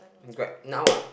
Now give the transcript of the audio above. Grab now ah